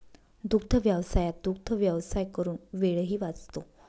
दुग्धव्यवसायात दुग्धव्यवसाय करून वेळही वाचतो